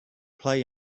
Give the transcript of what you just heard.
play